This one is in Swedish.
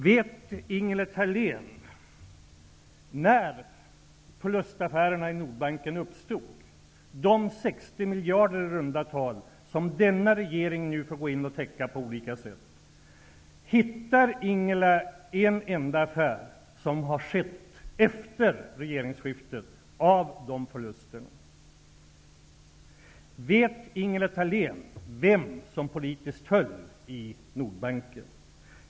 Vet Ingela Thalén när förlustaffärerna i Nordbanken uppstod? Det rör sig om i runda tal 60 miljarder som denna regering nu får gå in och täcka på olika sätt. Hittar Ingela Thalén en enda affär bakom de förlusterna som har skett efter regeringsskiftet? Vet Ingela Thalén vem som politiskt höll i Nordbanken?